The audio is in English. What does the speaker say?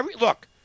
look